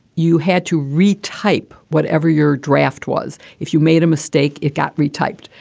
you had to retype whatever your draft was, if you made a mistake, it got retyped.